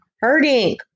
hurting